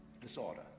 disorder